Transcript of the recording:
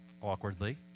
awkwardly